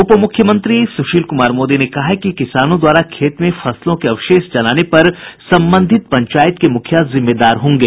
उपमुख्यमंत्री सुशील कुमार मोदी ने कहा है कि किसानों द्वारा खेत में फसलों के अवशेष जलाने पर संबंधित पंचायत के मुखिया जिम्मेदार होंगे